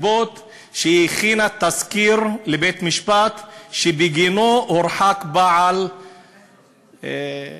הסיבות הן שהיא הכינה תסקיר לבית-משפט שבגינו הורחק בעל אלים,